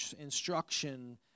instruction